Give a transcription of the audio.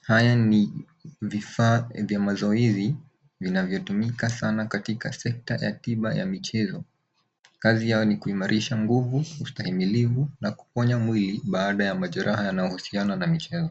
Haya ni vifaa vya mazoezi vinavyotumika sana katika sekta ya tiba ya michezo, kazi yao ni kuhimarisha guvu, uisahimilivu na kuponya mwili baada ya majeraa yanayohusiana na michezo.